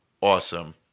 awesome